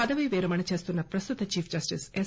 పదవీ విరమణ చేస్తున్న ప్రస్తుత చీఫ్ జస్టిస్ ఎస్